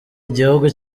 igihugu